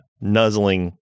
nuzzling